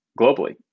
globally